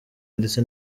ndetse